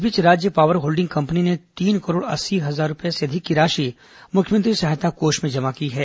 इस बीच राज्य पावर होल्डिंग कंपनी ने तीन करोड़ अस्सी हजार रूपये से अधिक की राशि मुख्यमंत्री सहायता कोष में जमा की है